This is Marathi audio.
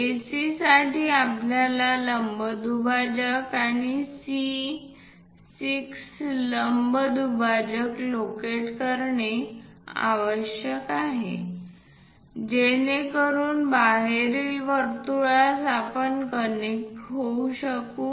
AC साठी आपल्याला लंब दुभाजक आणि C 6 लंब दुभाजक लोकेट करणे आवश्यक आहे जेणेकरून बाहेरील वर्तुळास आपण कनेक्ट होऊ शकू